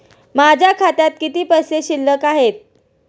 माझ्या खात्यात किती पैसे शिल्लक आहेत?